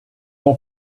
ans